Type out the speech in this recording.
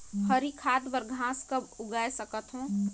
हरी खाद बर घास कब उगाय सकत हो?